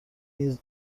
نیز